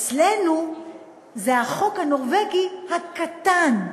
אצלנו זה החוק הנורבגי הקטן,